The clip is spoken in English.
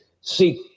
seek